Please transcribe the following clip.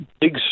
big